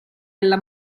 alla